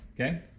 Okay